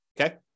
Okay